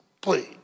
Please